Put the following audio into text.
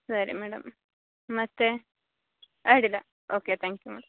ಸರಿ ಮೇಡಮ್ ಮತ್ತೆ ಅಡ್ಡಿಲ್ಲ ಓಕೆ ತ್ಯಾಂಕ್ ಯು ಮೇಡಮ್